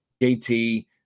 JT